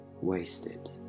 wasted